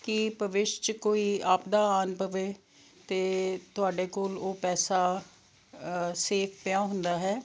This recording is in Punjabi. ਕਿ ਭਵਿੱਖ 'ਚ ਕੋਈ ਆਫਤਾਂ ਆਣ ਪਵੇ ਤਾਂ ਤੁਹਾਡੇ ਕੋਲ ਉਹ ਪੈਸਾ ਸੇਫ ਪਿਆ ਹੁੰਦਾ ਹੈ